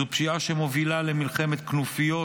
זו פשיעה שמובילה למלחמת כנופיות,